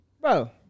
Bro